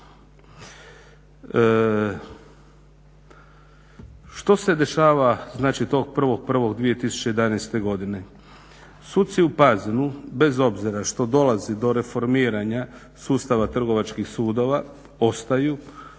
Što se dešava, znači tog 1.1.2011. godine. Suci u Pazinu bez obzira što dolazi do reformiranja sustava trgovačkih sudova ostaju.